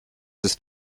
ist